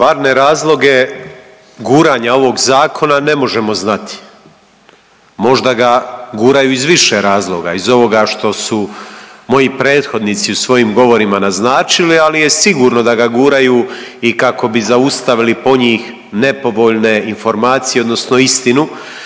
Stvarne razloge guranja ovog zakona ne možemo znati. Možda ga guraju iz više razloga, iz ovoga što su moji prethodnici u svojim govorima naznačili, ali je sigurno da ga guraju i kako bi zaustavili po njih nepovoljne informacije, odnosno istinu.